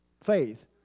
faith